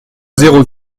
zéro